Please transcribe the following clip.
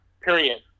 period